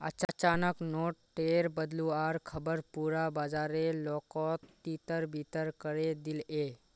अचानक नोट टेर बदलुवार ख़बर पुरा बाजारेर लोकोत तितर बितर करे दिलए